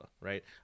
right